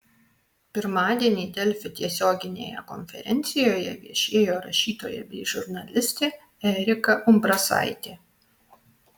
pirmadienį delfi tiesioginėje konferencijoje viešėjo rašytoja bei žurnalistė erika umbrasaitė